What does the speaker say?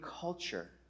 culture